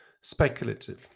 speculative